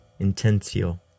Intensio